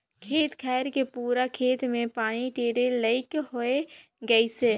खेत खायर के पूरा खेत मे पानी टेंड़े लईक होए गइसे